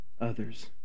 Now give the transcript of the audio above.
others